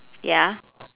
ya